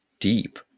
deep